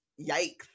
yikes